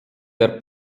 der